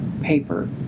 paper